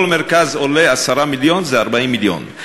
כל מרכז עולה 10 מיליון, זה 40 מיליון.